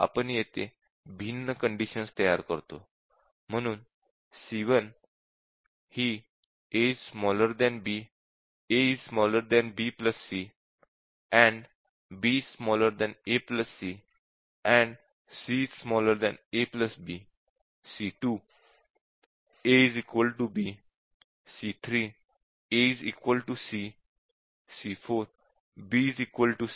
आपण येथे भिन्न कंडिशन्स तयार करतो म्हणून c1 a b c AND b a c AND c a b c2 a b C3 a c C4 b c